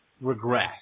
regress